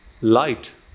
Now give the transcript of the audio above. light